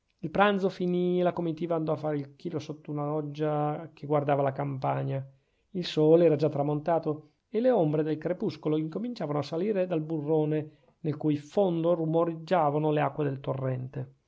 il pranzo finì e la comitiva andò a fare il chilo sotto una loggia che guardava la campagna il sole era già tramontato e le ombre del crepuscolo incominciavano a salire dal burrone nel cui fondo romoreggiavano le acque del torrente